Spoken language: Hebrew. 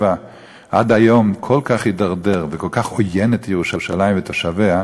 עד היום כל כך הידרדר וכל כך עוין את ירושלים ואת תושביה,